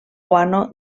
guano